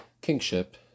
kingship